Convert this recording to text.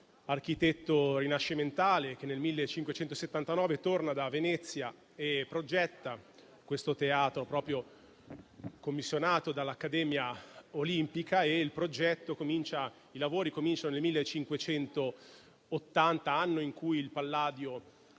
architetto rinascimentale che nel 1579 torna da Venezia e progetta questo teatro commissionato dall'Accademia olimpica; i lavori cominciano nel 1580, anno in cui il Palladio